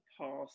past